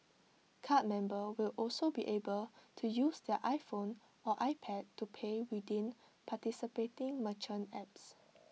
card members will also be able to use their iPhone or iPad to pay within participating merchant apps